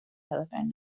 telephone